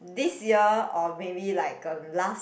this year or maybe like um last